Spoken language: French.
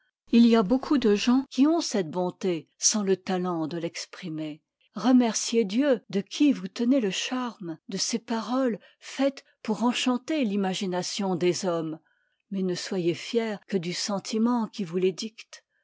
il y a beaucoup de gens qui ont cette bonté sans le talent de l'exprimer re merciez dieu de qui vous tenez le charme de ces paroles faites pour enchanter l'imagination des hommes mais ne soyez fier que du sentiment qui vous les dicte